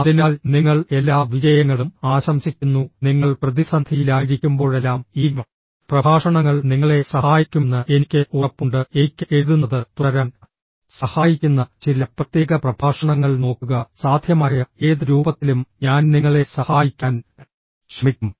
അതിനാൽ നിങ്ങൾ എല്ലാ വിജയങ്ങളും ആശംസിക്കുന്നു നിങ്ങൾ പ്രതിസന്ധിയിലായിരിക്കുമ്പോഴെല്ലാം ഈ പ്രഭാഷണങ്ങൾ നിങ്ങളെ സഹായിക്കുമെന്ന് എനിക്ക് ഉറപ്പുണ്ട് എനിക്ക് എഴുതുന്നത് തുടരാൻ സഹായിക്കുന്ന ചില പ്രത്യേക പ്രഭാഷണങ്ങൾ നോക്കുക സാധ്യമായ ഏത് രൂപത്തിലും ഞാൻ നിങ്ങളെ സഹായിക്കാൻ ശ്രമിക്കും